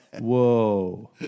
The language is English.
Whoa